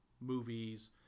movies